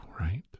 right